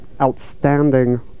outstanding